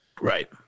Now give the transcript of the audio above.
right